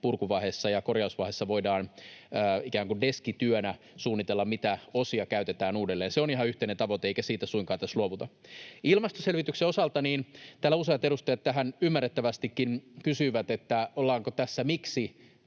purkuvaiheessa ja korjausvaiheessa voidaan ikään kuin deskityönä suunnitella, mitä osia käytetään uudelleen. Se on ihan yhteinen tavoite, eikä siitä suinkaan tässä luovuta. Ilmastoselvityksen osalta: Täällä useat edustajat ymmärrettävästikin kysyivät, että miksi tässä